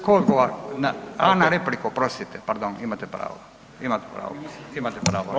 Tko odgovara, a na repliku oprostite, pardon imate pravo, imate pravo, imate pravo.